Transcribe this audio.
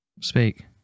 Speak